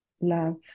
love